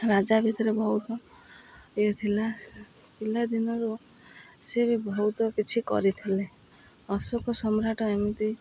ରାଜା ଭିତରେ ବହୁତ ଇଏ ଥିଲା ପିଲାଦିନରୁ ସିଏ ବି ବହୁତ କିଛି କରିଥିଲେ ଅଶୋକ ସମ୍ରାଟ ଏମିତି